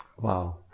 Wow